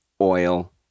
oil